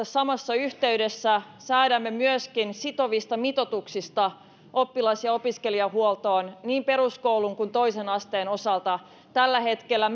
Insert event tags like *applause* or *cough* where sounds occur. *unintelligible* samassa yhteydessä säädämme myöskin sitovista mitoituksista oppilas ja opiskelijahuoltoon niin peruskoulun kuin toisen asteen osalta tällä hetkellä *unintelligible*